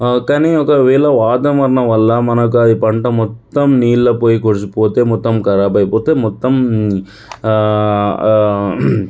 కానీ ఒకవేళ వాతావరణం వల్ల మనకు అది పంట మొత్తం నీళ్ళు పోయి పోతే మొత్తం ఖరాబ్ అయిపోతే మొత్తం